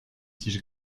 tiges